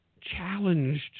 challenged